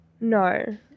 No